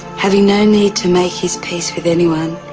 having no need to make his peace with anyone,